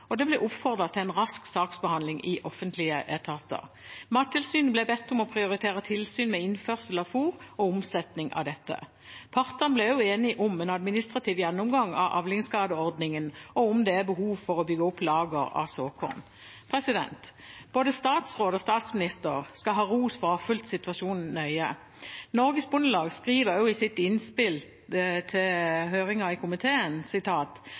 og det ble oppfordret til en rask saksbehandling i offentlige etater. Mattilsynet ble bedt om å prioritere tilsyn med innførsel av fôr og omsetning av dette. Partene ble også enige om en administrativ gjennomgang av avlingsskadeordningen og om det er behov for å bygge opp lager av såkorn. Både statsråd og statsminister skal ha ros for å ha fulgt situasjonen nøye. Norges Bondelag skriver også i sitt innspill til høringen i komiteen: